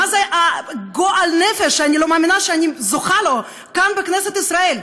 מה זה הגועל-נפש שאני לא מאמינה שאני זוכה לו כאן בכנסת ישראל?